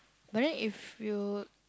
but then if you